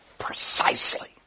Precisely